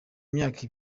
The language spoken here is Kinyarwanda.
myaka